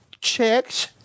Checks